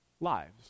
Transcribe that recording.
lives